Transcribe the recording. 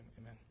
amen